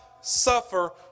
suffer